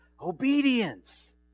obedience